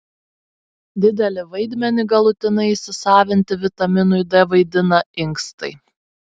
didelį vaidmenį galutinai įsisavinti vitaminui d vaidina inkstai